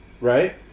Right